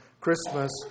Christmas